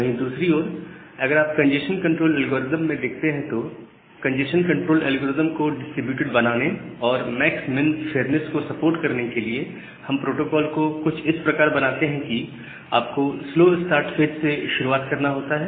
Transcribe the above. वहीं दूसरी तरफ अगर आप कंजेशन कंट्रोल एल्गोरिदम में देखते हैं तो कंजेशन कंट्रोल एल्गोरिथम को डिस्ट्रीब्यूटेड बनाने और मैक्स मिन फेयरनेस को सपोर्ट करने के लिए हम प्रोटोकॉल को इस प्रकार बनाते हैं कि आपको स्लो स्टार्ट फेज से शुरुआत करना होता है